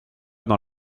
dans